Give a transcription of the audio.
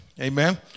Amen